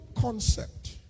concept